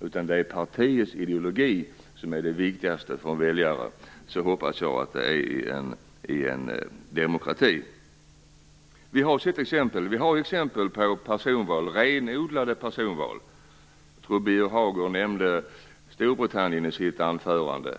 utan det är partiets ideologi som är det viktigaste för en väljare. Så hoppas jag att det är i en demokrati. Vi har sett exempel på renodlade personval. Jag tror att Birger Hagård nämnde Storbritannien i sitt anförande.